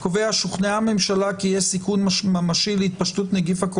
"שוכנעה הממשלה שיש סיכון ממשי להתפשטות נגיף